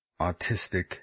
autistic